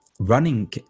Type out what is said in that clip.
running